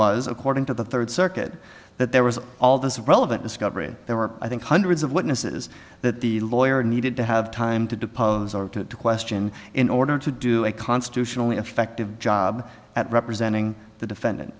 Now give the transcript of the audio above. was according to the third circuit that there was all this relevant discovery there were i think hundreds of witnesses that the lawyer needed to have time to depose or to question in order to do a constitutionally effective job at representing the defendant